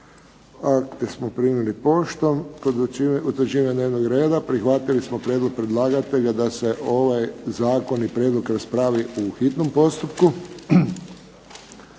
Akte smo primili poštom. Kod utvrđivanja dnevnog reda prihvatili smo prijedlog predlagatelja da se ovaj zakon i prijedlog raspravi u hitnom postupku.